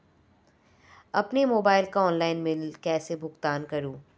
अपने मोबाइल का online bill कैसे भुगतान करूं?